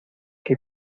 que